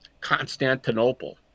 Constantinople